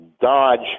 Dodge